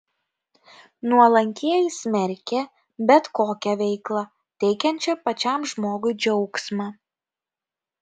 nuolankieji smerkė bet kokią veiklą teikiančią pačiam žmogui džiaugsmą